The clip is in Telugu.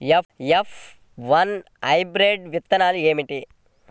ఎఫ్ వన్ హైబ్రిడ్ విత్తనాలు ఏమిటి?